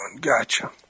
gotcha